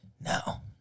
Now